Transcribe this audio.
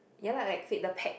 ya lah like filler pack